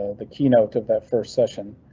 the keynote of that first session.